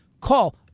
Call